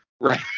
Right